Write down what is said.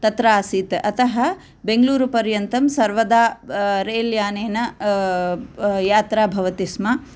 तत्र आसीत् अतः बेङ्गलूरु पर्यन्तं सर्वदा रेल्यानेन यात्रा भवति स्म